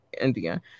india